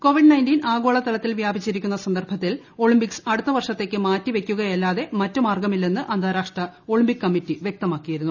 Covid വ്യാപിച്ചിരിക്കുന്ന സന്ദർഭത്തിൽ Olympics അടുത്ത വർഷത്തേക്ക് മാറ്റി വയ്ക്കുകയല്ലാതെ മറ്റു മാർഗ്ഗമില്ലെന്ന് അന്താരാഷ്ട്ര ഒളിമ്പിക് കമ്മിറ്റി വ്യക്തമാക്കിയിരുന്നു